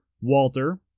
Walter